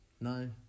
no